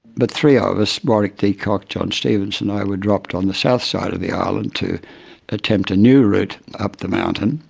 but three ah of us, warwick deacock, jon stephenson and i were dropped on the south side of the island to attempt a new route up the mountain,